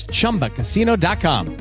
ChumbaCasino.com